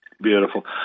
Beautiful